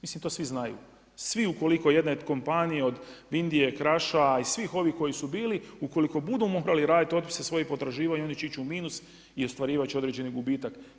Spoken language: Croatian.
Mislim to svi znaju, svi ukoliko jedna od kompanija Vindije, Kraša i svih ovih koji su bili ukoliko budu morali raditi otpise svojih potraživanja oni će ići u minus i ostvarivat će određeni gubitak.